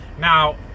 Now